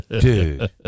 dude